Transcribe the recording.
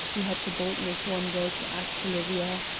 he had the boldness one day to ask olivia.